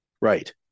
Right